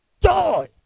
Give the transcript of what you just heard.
Joy